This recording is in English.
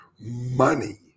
money